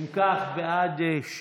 מי בעד?